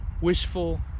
wishful